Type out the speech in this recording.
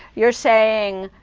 you're saying,